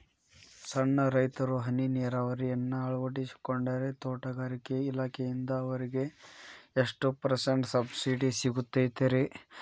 ಸಣ್ಣ ರೈತರು ಹನಿ ನೇರಾವರಿಯನ್ನ ಅಳವಡಿಸಿಕೊಂಡರೆ ತೋಟಗಾರಿಕೆ ಇಲಾಖೆಯಿಂದ ಅವರಿಗೆ ಎಷ್ಟು ಪರ್ಸೆಂಟ್ ಸಬ್ಸಿಡಿ ಸಿಗುತ್ತೈತರೇ?